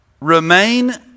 Remain